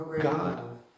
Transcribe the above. God